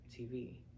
TV